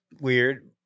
weird